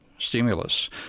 Stimulus